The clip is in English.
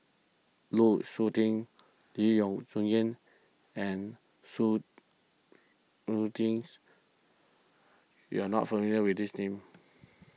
Lu Suitin Lee Boon Jo Yang and su Suitins you are not familiar with these names